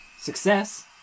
success